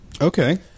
Okay